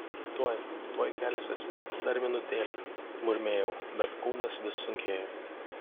tuoj tuoj kelsiuosi dar minutėlę murmėjau bet kūnas vis sunkėjo